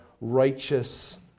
righteous